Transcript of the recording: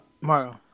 Tomorrow